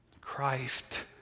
Christ